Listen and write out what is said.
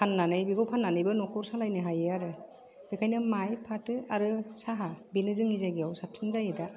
फान्नानै बेखौ फान्नानैबो न'खर सालायनो हायो आरो बेखायनो माय फाथो आरो साहा बेनो जोंनि जायगायाव साबसिन जायो दा